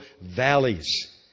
valleys